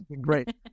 great